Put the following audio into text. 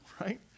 right